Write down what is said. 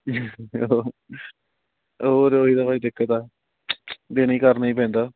ਹੋਰ ਉਹੀ ਤਾਂ ਭਾਅ ਜੀ ਦਿੱਕਤ ਆ ਦਿਨੇ ਹੀ ਕਰਨਾ ਹੀ ਪੈਂਦਾ